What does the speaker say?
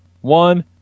one